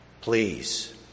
Please